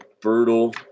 Brutal